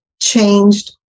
changed